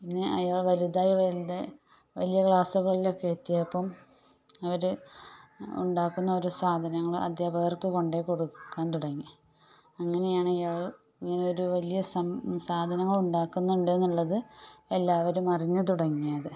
ഇങ്ങനെ ആയാൾ വലുതായി വലുതായി വലിയ ക്ലാസ്സുകളിലൊക്കെ എത്തിയപ്പം അവർ ഉണ്ടാക്കുന്ന ഓരോ സാധങ്ങങ്ങൾ അധ്യാപകർക്ക് കൊണ്ട് പോയി കൊടുക്കാൻ തുടങ്ങി അങ്ങനെയാണ് അയാൾ ഇങ്ങനെ ഒരു വലിയ സാധങ്ങൾ ഉണ്ടാക്കുന്നുണ്ട് എന്നുള്ളത് എല്ലാവരും അറിഞ്ഞ് തുടങ്ങിയത്